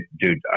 dude